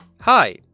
hi